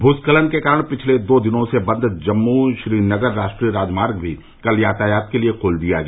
भूस्खलन के कारण पिछले दो दिनों से बंद जम्मू श्रीनगर राष्ट्रीय राजमार्ग भी कल यातायात के लिए खोल दिया गया